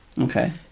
Okay